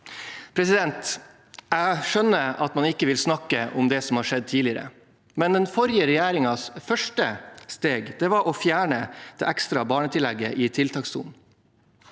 framtida 1237 Jeg skjønner at man ikke vil snakke om det som har skjedd tidligere, men den forrige regjeringens første steg var å fjerne det ekstra barnetillegget i tiltakssonen.